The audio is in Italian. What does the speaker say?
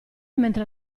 mentre